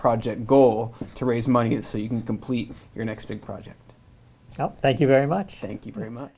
project goal to raise money so you can complete your next big project thank you very much thank you very much